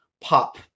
pop